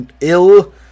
ill-